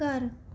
ਘਰ